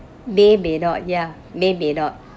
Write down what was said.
may may not ya may may not